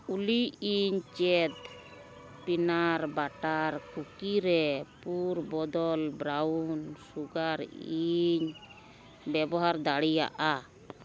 ᱚᱞᱤ ᱤᱧ ᱪᱮᱫ ᱯᱤᱱᱟᱨ ᱵᱟᱴᱟᱨ ᱠᱩᱠᱤᱨᱮ ᱯᱩᱨ ᱵᱚᱫᱚᱞ ᱵᱨᱟᱣᱩᱱ ᱥᱩᱜᱟᱨᱤᱧ ᱵᱮᱵᱚᱦᱟᱨ ᱫᱟᱲᱮᱭᱟᱜᱼᱟ